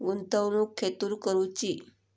गुंतवणुक खेतुर करूची?